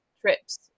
trips